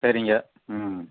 சரிங்க ம்